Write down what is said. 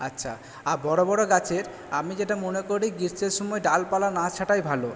আচ্ছা আর বড় বড় গাছের আমি যেটা মনে করি গ্রীষ্মের সময় ডালপালা না ছাঁটাই ভালো